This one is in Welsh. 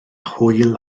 hwyl